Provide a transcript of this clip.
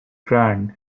grand